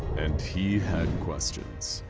and he had questions.